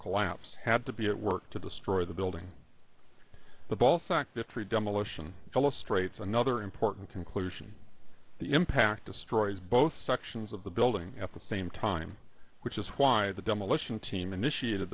collapse had to be at work to destroy the building the ball sack the tree demolition illustrates another important conclusion the impact destroys both sections of the building at the same time which is why the demolition team initiated